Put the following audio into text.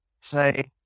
say